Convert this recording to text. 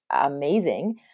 amazing